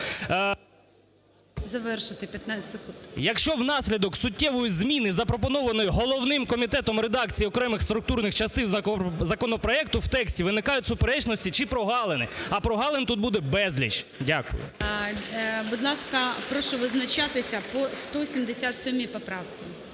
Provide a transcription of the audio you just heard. …якщо внаслідок суттєвої зміни, запропонованої головним комітетом редакції окремих структурних частин законопроекту в тексті виникають суперечності чи прогалини. А прогалин тут буде безліч. Дякую. ГОЛОВУЮЧИЙ. Будь ласка, прошу визначатися по 177 поправці.